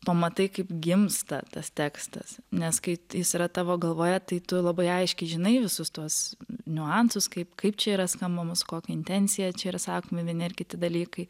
pamatai kaip gimsta tas tekstas nes kai jis yra tavo galvoje tai tu labai aiškiai žinai visus tuos niuansus kaip kaip čia yra skambama su kokia intencija čia yra sakomi vieni ar kiti dalykai